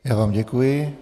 Já vám děkuji.